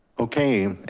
okay,